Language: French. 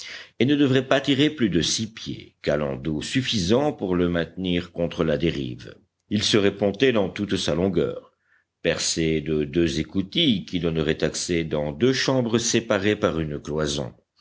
et ne devrait pas tirer plus de six pieds calant d'eau suffisant pour le maintenir contre la dérive il serait ponté dans toute sa longueur percé de deux écoutilles qui donneraient accès dans deux chambres séparées par une cloison